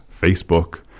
Facebook